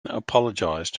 apologized